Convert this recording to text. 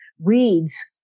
reads